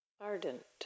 Ardent